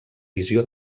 visió